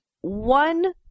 one